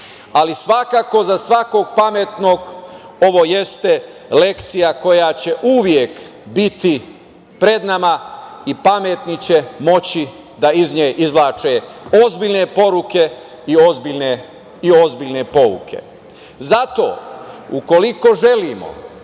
metaforama. Svakako, za svakog pametnog ovo jeste lekcija koja će uvek biti pred nama i pametni će moći da iz nje izvlače ozbiljne poruke i ozbiljne pouke. Zato ukoliko želimo